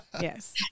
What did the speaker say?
Yes